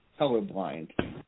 colorblind